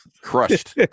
crushed